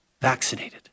vaccinated